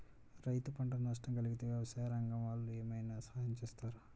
రైతులకు పంట నష్టం కలిగితే వ్యవసాయ రంగం వాళ్ళు ఏమైనా సహాయం చేస్తారా?